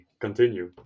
continue